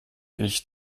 ich